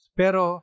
pero